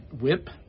whip